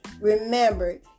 remember